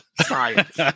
science